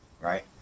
Right